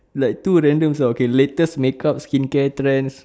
like too random ah okay latest makeup skincare trends